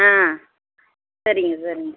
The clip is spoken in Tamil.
ஆ சரிங்க சரிங்க